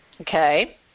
Okay